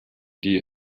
die